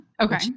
okay